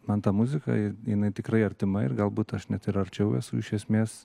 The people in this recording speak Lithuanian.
man ta muzikai jinai tikrai artima ir galbūt aš net ir arčiau esu iš esmės